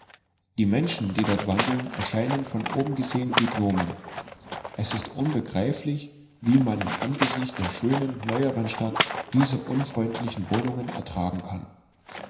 die menschen die dort wandeln erscheinen von oben gesehen wie gnomen es ist unbegreiflich wie man im angesichte der schönen neueren stadt diese unfreundlichen wohnungen ertragen kann